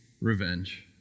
revenge